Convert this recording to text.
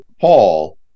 Paul